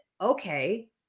Okay